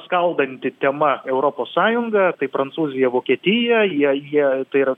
skaldanti tema europos sąjungą tai prancūzija vokietija jie jie tai yra